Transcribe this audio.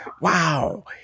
wow